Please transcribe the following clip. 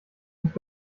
nicht